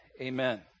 amen